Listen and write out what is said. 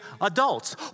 adults